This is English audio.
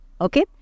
okay